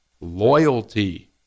loyalty